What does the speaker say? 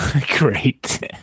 Great